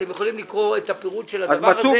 אתם יכולים לקרוא את הפירוט של הדבר הזה.